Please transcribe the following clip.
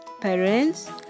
Parents